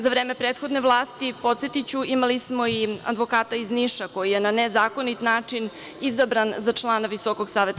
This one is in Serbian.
Za vreme prethodne vlasti, podsetiću, imali smo i advokata iz Niša koji je na nezakonit način izabran za člana VSS.